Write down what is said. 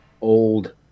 old